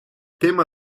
tema